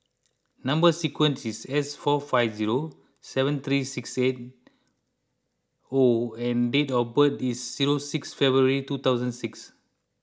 Number Sequence is S four five zero seven three six eight O and date of birth is zero six February two thousand six